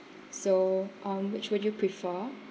so um which would you prefer